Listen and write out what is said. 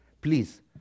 Please